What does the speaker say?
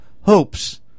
hopes